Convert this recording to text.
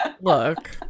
Look